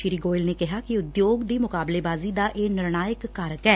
ਸ੍ਰੀ ਗੋਇਲ ਨੇ ਕਿਹਾ ਕਿ ਉਦਯੋਗ ਦੀ ਮੁਕਾਬਲੇਬਾਜ਼ੀ ਦਾ ਇਹ ਨਿਰਣਾਇਕ ਕਾਰਨ ਐ